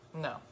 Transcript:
No